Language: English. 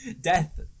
Death